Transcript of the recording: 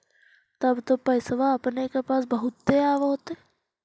तब तो पैसबा अपने के पास बहुते आब होतय?